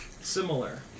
Similar